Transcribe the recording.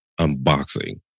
unboxing